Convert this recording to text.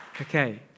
Okay